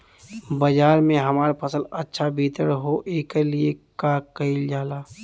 बाजार में हमार फसल अच्छा वितरण हो ओकर लिए का कइलजाला?